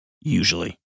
usually